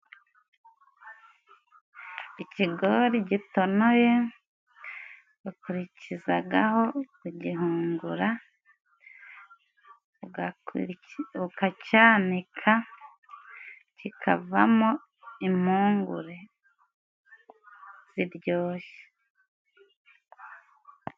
Ikigori gitonoye, bakurikizagaho kugihungura, ukacyanika, kikavamo impungure ziryoshye.